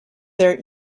their